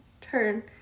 turn